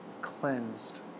cleansed